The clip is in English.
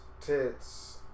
Tits